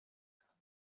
kann